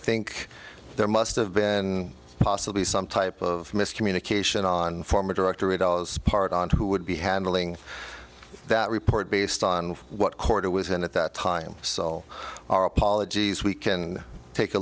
think there must have been possibly some type of miscommunication on former director at all as part on who would be handling that report based on what quarter was in at that time so our apologies we can take a